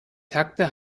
takte